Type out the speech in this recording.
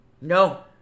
No